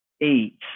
eight